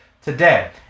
today